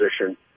position